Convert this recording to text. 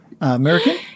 American